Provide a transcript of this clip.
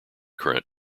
current